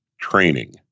training